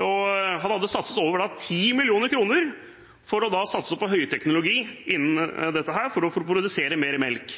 Han hadde satset over 10 mill. kr, for å satse på høyteknologi innenfor dette, for å produsere mer melk.